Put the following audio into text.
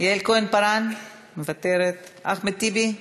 יעל כהן-פארן, מוותרת, אחמד טיבי,